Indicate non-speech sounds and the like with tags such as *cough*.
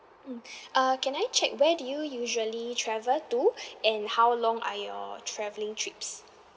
mm uh can I check where do you usually travel to *breath* and how long are your travelling trips